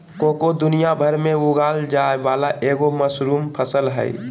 cocoa दुनिया भर में उगाल जाय वला एगो मशहूर फसल हइ